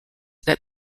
that